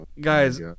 guys